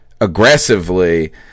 aggressively